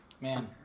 Man